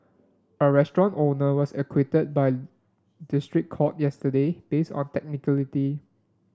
a restaurant owner was acquitted by district court yesterday based on technicality